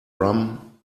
rum